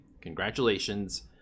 congratulations